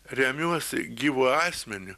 remiuosi gyvu asmeniu